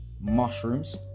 mushrooms